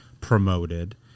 promoted